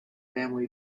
family